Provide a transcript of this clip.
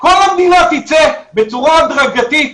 כל המדינה תצא בצורה הדרגתית,